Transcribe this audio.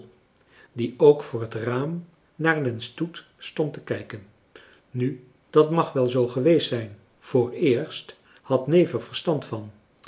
die ook voor het raam naar den stoet stond te kijken nu dat mag wel zoo geweest zijn vooreerst had neef er verstand van